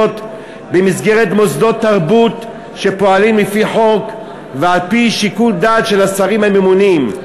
במסגרת מוסדות תרבות שפועלים לפי חוק ולפי שיקול דעת של השרים הממונים,